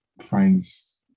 finds